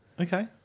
Okay